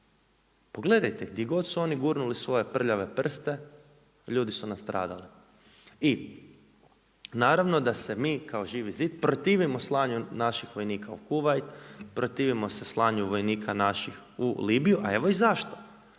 Pogledajte gdje god su oni gurnuli svoje prljave prste, ljudi su nastradali i naravno da se mi kao Živi zid, protivimo slanju naših vojnika u Kuvajt, protivimo se slanju vojnih naših u Libiju, a evo i zašto.